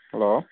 hello